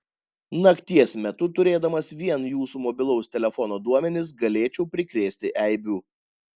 nakties metu turėdamas vien jūsų mobilaus telefono duomenis galėčiau prikrėsti eibių